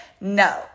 No